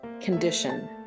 condition